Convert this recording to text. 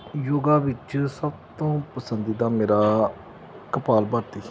ਯੋਗਾ ਵਿੱਚ ਸਭ ਤੋਂ ਪਸੰਦੀਦਾ ਮੇਰਾ ਕਪਾਲ ਭਾਤੀ